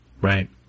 right